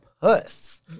puss